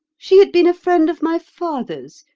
she had been a friend of my father's,